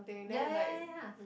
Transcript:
ya ya ya